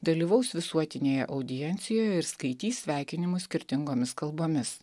dalyvaus visuotinėje audiencijoje ir skaitys sveikinimus skirtingomis kalbomis